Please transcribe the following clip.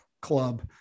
club